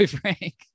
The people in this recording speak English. Frank